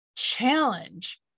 challenge